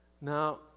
Now